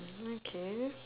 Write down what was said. okay